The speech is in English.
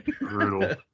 Brutal